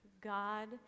God